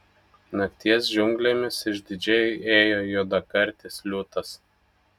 nakties džiunglėmis išdidžiai ėjo juodakartis liūtas